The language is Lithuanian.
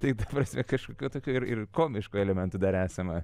tai ta prasme kažkokių tokių ir komiškų elementų dar esama